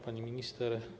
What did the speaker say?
Pani Minister!